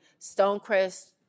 Stonecrest